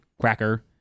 cracker